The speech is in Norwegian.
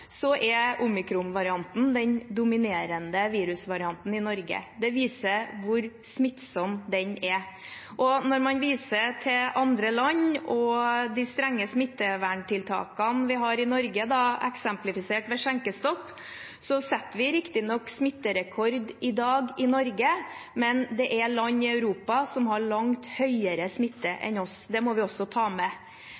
er omikronvarianten den dominerende virusvarianten i Norge. Det viser hvor smittsom den er. Når man viser til andre land og de strenge smitteverntiltakene vi har i Norge, eksemplifisert med skjenkestoppen, setter vi riktignok smitterekord i dag i Norge, men det er land i Europa som har langt høyere smitte